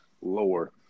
lower